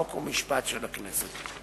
חוק ומשפט של הכנסת.